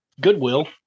Goodwill